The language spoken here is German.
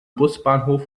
busbahnhof